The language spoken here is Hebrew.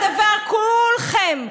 אבל בסופו של דבר, כולכם,